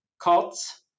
cuts